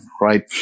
right